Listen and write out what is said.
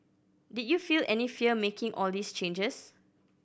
did you feel any fear making all these changes